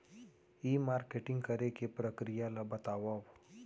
ई marketing करे के प्रक्रिया ला बतावव?